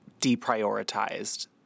deprioritized